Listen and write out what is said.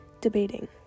debating